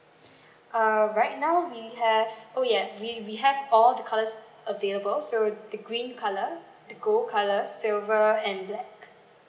err right now we have oh ya we we have all the colours available so the green color the gold colour silver and black